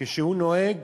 כשהוא נוהג